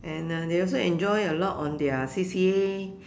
and uh they also enjoy a lot on their C_C_A